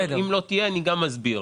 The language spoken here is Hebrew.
אנושי.